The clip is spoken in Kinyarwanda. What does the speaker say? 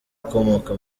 ukomoka